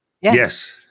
Yes